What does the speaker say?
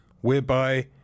whereby